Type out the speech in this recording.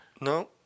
No